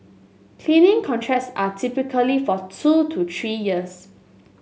cleaning contracts are typically for two to three years